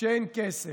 שאין כסף.